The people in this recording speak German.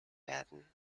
werden